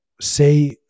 say